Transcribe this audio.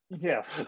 yes